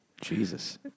Jesus